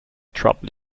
trouble